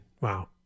Wow